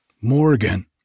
Morgan